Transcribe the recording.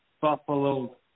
buffalo